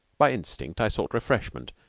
by instinct i sought refreshment,